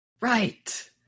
Right